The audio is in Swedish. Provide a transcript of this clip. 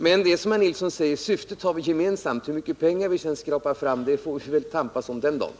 Men det är som herr Nilsson säger: syftet har vi gemensamt. Hur mycket pengar vi sedan skrapar fram får vi väl tampas om den dagen.